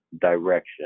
Direction